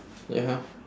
ya